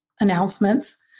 announcements